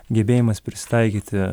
gebėjimas prisitaikyti